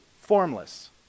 formless